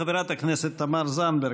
חברת הכנסת תמר זנדברג,